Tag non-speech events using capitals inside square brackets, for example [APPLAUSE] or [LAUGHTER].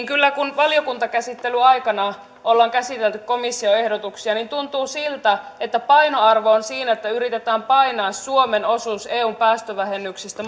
[UNINTELLIGIBLE] kyllä kun valiokuntakäsittelyn aikana ollaan käsitelty komission ehdotuksia tuntuu siltä että painoarvo on siinä että yritetään painaa suomen osuus eun päästövähennyksistä [UNINTELLIGIBLE]